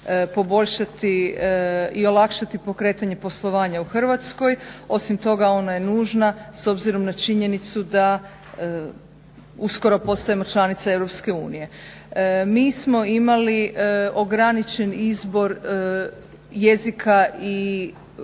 poboljšati i olakšati pokretanje poslovanja u Hrvatskoj. Osim toga ona je nužna s obzirom na činjenica uskoro postajemo članica Europske unije. Mi smo imali ograničen izbor jezika i,